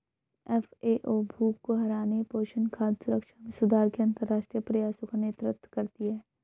FAO भूख को हराने, पोषण, खाद्य सुरक्षा में सुधार के अंतरराष्ट्रीय प्रयासों का नेतृत्व करती है